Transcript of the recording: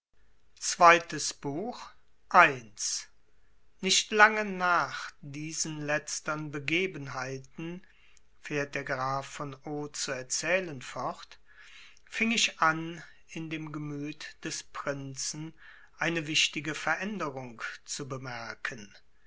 zweites buch nicht lange nach diesen letztern begebenheiten fährt der graf von o zu erzählen fort fing ich an in dem gemüt des prinzen eine wichtige veränderung zu bemerken